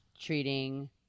treating